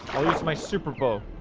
oh it's my super bowl